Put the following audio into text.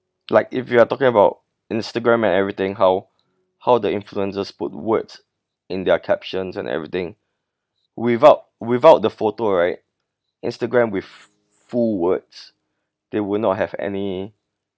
like if you are talking about Instagram and everything how how the influencers put words in their captions and everything without without the photo right Instagram with full words they will not have any